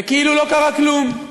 וכאילו לא קרה כלום.